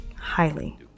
highly